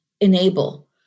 enable